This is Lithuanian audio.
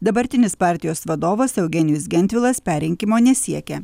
dabartinis partijos vadovas eugenijus gentvilas perrinkimo nesiekia